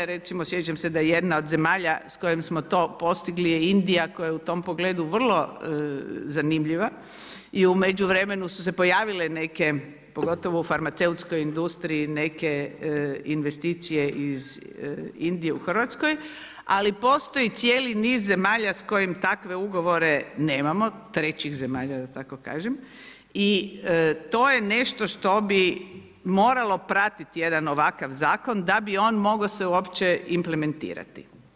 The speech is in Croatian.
Recimo, sjećam se da jedna od zemalja s kojom smo to postigli je Indija koja je u tom pogledu vrlo zanimljiva i u međuvremenu su se pojavile neke, pogotovo u farmaceutskoj industriji, neke investicije iz Indije u RH, ali postoji cijeli niz zemalja s kojim takve ugovore nemamo, trećih zemalja da tako kažem i to je nešto što bi moralo pratiti jedan ovakav zakon da bi on mogao se uopće implementirati.